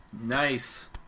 Nice